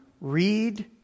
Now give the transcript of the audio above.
read